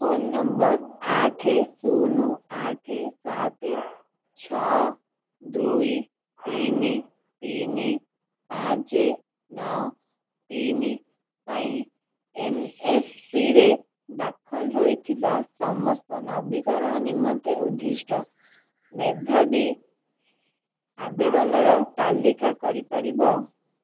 phone number ଆଠ ଶୂନ ଆଠ ସାତ ଛଅ ଦୁଇ ତିନି ତିନି ପାଞ୍ଚ ନଅ ତିନି ପାଇଁ ଏନ୍ ଏସ୍ପିରେ ଦାଖଲ ହୋଇଥିବା ସମସ୍ତ ନବୀକରଣ ନିମନ୍ତେ ଉଦ୍ଦିଷ୍ଟ ମେଧାବୀ ଆବେଦନର ତାଲିକା କରି ପାରିବ